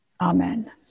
Amen